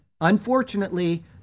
Unfortunately